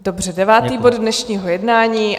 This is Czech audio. Dobře, devátý bod dnešního jednání.